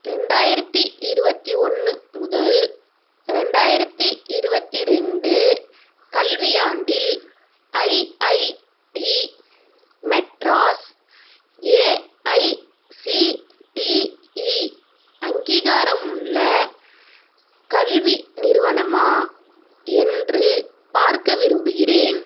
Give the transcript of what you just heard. ரெண்டாயிரத்தி இருபத்தி ஒன்று முதல் ரெண்டாயிரத்தி இருபத்தி ரெண்டு கல்வியாண்டில் ஐஐடி மெட்ராஸ் ஏஐசிடிஇ அங்கிகாரமுள்ள கல்வி நிறுவனமா என்று பார்க்க விரும்புகிறேன்